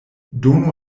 donu